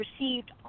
received